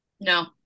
No